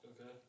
Okay